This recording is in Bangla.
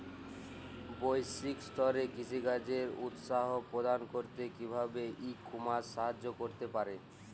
বৈষয়িক স্তরে কৃষিকাজকে উৎসাহ প্রদান করতে কিভাবে ই কমার্স সাহায্য করতে পারে?